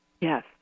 Yes